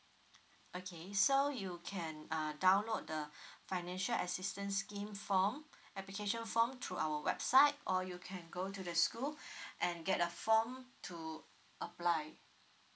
okay so you can uh download the financial assistance scheme form application form through our website or you can go to the school and get a form to apply